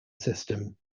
system